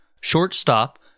Shortstop